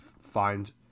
find